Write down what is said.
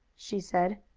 she said.